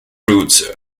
roots